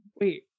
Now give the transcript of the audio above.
Wait